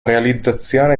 realizzazione